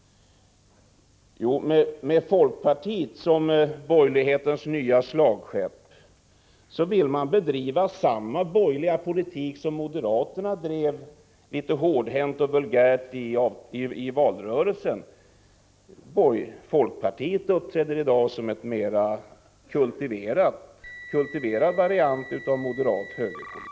Med folkpartiet som borgerlighetens nya slagskepp vill man bedriva samma borgerliga politik som moderaterna drev litet hårdhänt och vulgärt i valrörelsen. Folkpartiet uppträder i dag som en mera kultiverad variant av moderat högerpolitik.